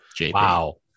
Wow